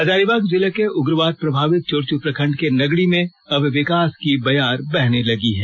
हजारीबाग जिले के उग्रवाद प्रभावित चुरचू प्रखंड के नगड़ी में अब विकास की बयार बहने लगी है